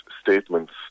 statements